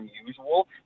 unusual